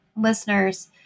listeners